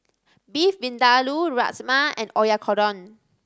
Beef Vindaloo Rajma and Oyakodon